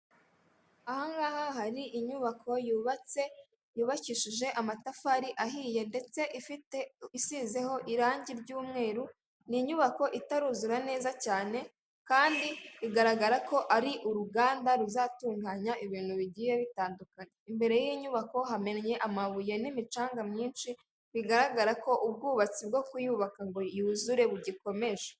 Aha ngaha hari inyubako yubatse, yubakishije amatafari ahiye ndetse ifite, isizeho irangi ry'umweru. Ni inyubako itaruzura neza cyane kandi igaragara ko ari uruganda ruzatunganya ibintu bigiye bitandukanye, imbere y'inyubako hamennye amabuye n'imicanga myinshi, bigaragara ko ubwubatsi bwo kuyubaka ngo yuzure bugikomeje.